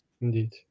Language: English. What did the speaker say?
Indeed